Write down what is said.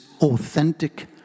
authentic